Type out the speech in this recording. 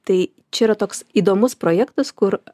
tai čia yra toks įdomus projektas kur